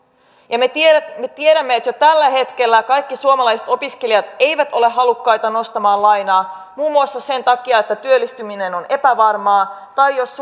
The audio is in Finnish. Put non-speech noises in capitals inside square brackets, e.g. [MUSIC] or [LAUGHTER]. me tiedämme että jo tällä hetkellä kaikki suomalaiset opiskelijat eivät ole halukkaita nostamaan lainaa muun muassa sen takia että työllistyminen on epävarmaa tai jos [UNINTELLIGIBLE]